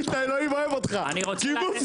התשפ"ג-2023.